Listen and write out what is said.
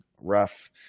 rough